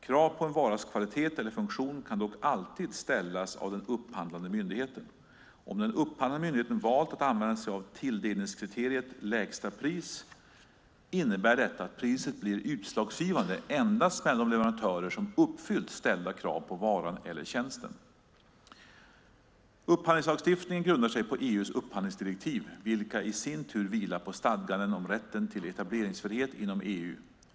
Krav på en varas kvalitet eller funktion kan dock alltid ställas av den upphandlande myndigheten. Om den upphandlande myndigheten valt att använda sig av tilldelningskriteriet "lägsta pris" innebär detta att priset blir utslagsgivande endast mellan de leverantörer som uppfyllt ställda krav på varan eller tjänsten. Upphandlingslagstiftningen grundar sig på EU:s upphandlingsdirektiv, vilka i sin tur vilar på stadganden om rätten till etableringsfrihet inom EU.